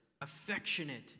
affectionate